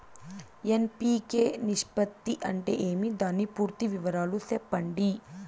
NPK నిష్పత్తి అంటే ఏమి దాని పూర్తి వివరాలు సెప్పండి?